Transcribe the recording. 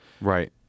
Right